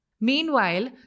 Meanwhile